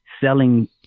selling